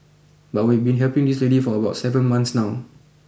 but we've been helping this lady for about seven months now